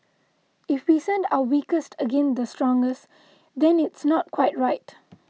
if we send our weakest again the strongest then it's not quite right